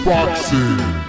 Boxing